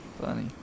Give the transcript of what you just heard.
funny